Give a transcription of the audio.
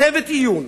צוות עיון,